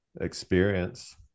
experience